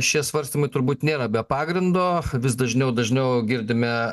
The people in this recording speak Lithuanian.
šie svarstymai turbūt nėra be pagrindo vis dažniau dažniau girdime